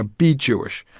ah be jewish.